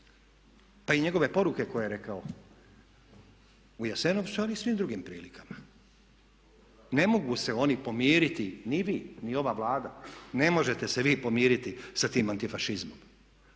pa i njegove poruke koje je rekao u Jasenovcu ali i u svim drugim prilikama. Ne mogu se oni pomiriti, ni vi ni ova Vlada, ne možete se vi pomiriti sa tim antifašizmom.